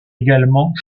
également